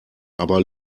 aber